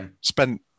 spent